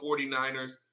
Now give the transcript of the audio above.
49ers